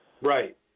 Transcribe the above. Right